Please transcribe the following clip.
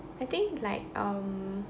I think like um